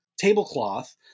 tablecloth